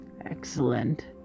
Excellent